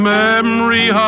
memory